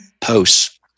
posts